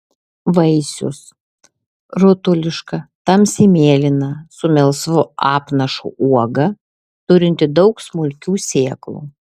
vaisius rutuliška tamsiai mėlyna su melsvu apnašu uoga turinti daug smulkių sėklų